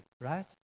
right